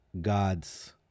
God's